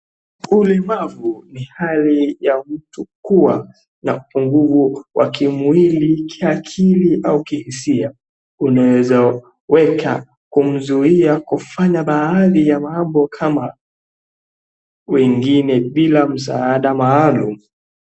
Ulemavu ni hali ya mtu kuwa na upungufu wa kimwili ,kiakili au kiisia unaeza weka kumzuia kufanya baadhi ya mambo kama wengine bila msaada maalum .